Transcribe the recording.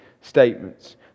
statements